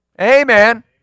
Amen